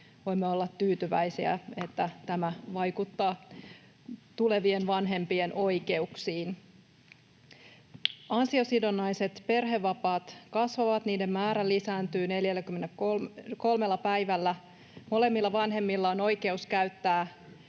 voimme olla tyytyväisiä, että tämä vaikuttaa tulevien vanhempien oikeuksiin. Ansiosidonnaiset perhevapaat kasvavat, niiden määrä lisääntyy 43 päivällä. Molemmilla vanhemmilla on oikeus käyttää